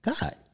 God